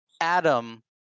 Adam